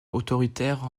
autoritaire